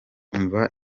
umva